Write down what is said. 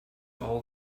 all